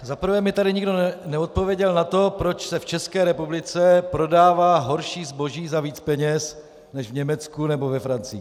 Za prvé mi tady nikdo neodpověděl na to, proč se v České republice prodává horší zboží za víc peněz než v Německu nebo ve Francii.